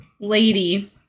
lady